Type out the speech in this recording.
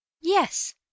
Yes